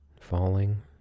falling